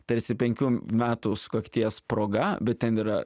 tarsi penkių metų sukakties proga bet ten yra